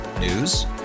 News